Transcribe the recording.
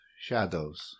shadows